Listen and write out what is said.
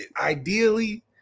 ideally